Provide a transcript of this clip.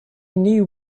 knew